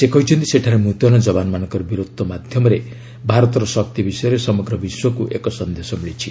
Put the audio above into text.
ସେ କହିଛନ୍ତି ସେଠାରେ ମୁତ୍ୟନ ଯବାନମାନଙ୍କ ବୀରତ୍ୱ ମାଧ୍ୟମରେ ଭାରତର ଶକ୍ତି ବିଷୟରେ ସମଗ୍ର ବିଶ୍ୱକୁ ଏକ ସନ୍ଦେଶ ମିଳିଛି